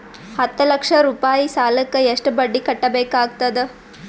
ಹತ್ತ ಲಕ್ಷ ರೂಪಾಯಿ ಸಾಲಕ್ಕ ಎಷ್ಟ ಬಡ್ಡಿ ಕಟ್ಟಬೇಕಾಗತದ?